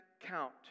count